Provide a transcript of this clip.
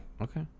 okay